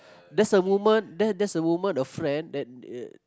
that's a woman that's that's the woman a friend that